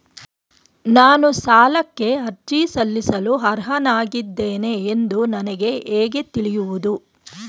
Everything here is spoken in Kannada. ನಾನು ಸಾಲಕ್ಕೆ ಅರ್ಜಿ ಸಲ್ಲಿಸಲು ಅರ್ಹನಾಗಿದ್ದೇನೆ ಎಂದು ನನಗೆ ಹೇಗೆ ತಿಳಿಯುವುದು?